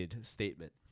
statement